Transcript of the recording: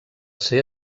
ser